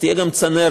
צודק,